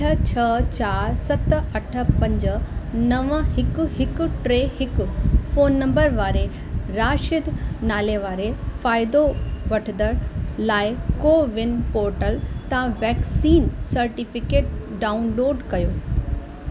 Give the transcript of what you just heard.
अठ छह चारि सत अठ पंज नव हिकु हिकु टे हिकु फोन नंबर वारे राशिद नाले वारे फ़ाइदो वठंदड़ु लाइ कोविन पोर्टल तां वैक्सीन सर्टिफिकेट डाउनलोड कयो